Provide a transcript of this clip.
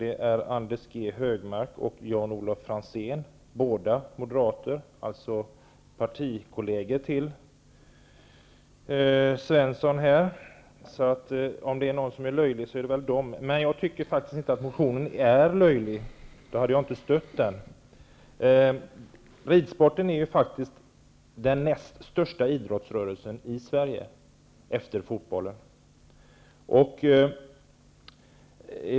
Det är Anders G. Högmark och Jan-Olof Franzén, båda moderater och partikolleger till Karl-Gösta Svenson. Om det är någon som är löjlig, är det väl de. Jag tycker faktiskt inte att motionen är löjlig. Då hade jag inte stött den. Ridsporten är faktiskt den näst största idrottsrörelsen i Sverige efter fotboll.